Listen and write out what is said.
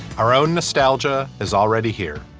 our own nostalgia is already here.